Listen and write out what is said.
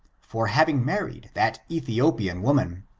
for having married that ethiopian woman.